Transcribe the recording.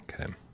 Okay